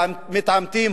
מתעמתים,